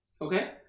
Okay